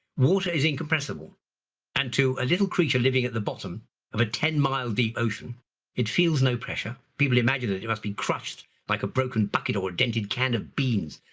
water is incompressible and to a little creature living at the bottom of a ten mile deep ocean it feels no pressure. people imagine that it must be crushed like a broken bucket or a dented can of beans.